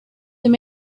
him